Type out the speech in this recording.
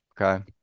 okay